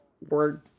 word